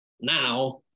now